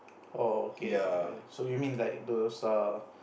oh okay so you mean like those uh